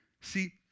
See